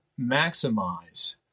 maximize